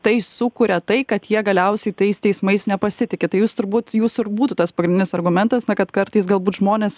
tai sukuria tai kad jie galiausiai tais teismais nepasitiki tai jūs turbūt jūsų ir būtų tas pagrindinis argumentas kad kartais galbūt žmonės